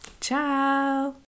ciao